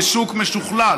זה שוק משוכלל,